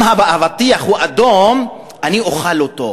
אם האבטיח הוא אדום, אני אוכל אותו.